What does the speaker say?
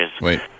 Wait